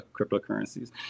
cryptocurrencies